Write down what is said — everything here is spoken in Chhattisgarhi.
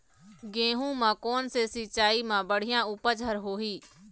गेहूं म कोन से सिचाई म बड़िया उपज हर होही?